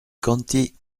conti